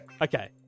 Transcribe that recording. Okay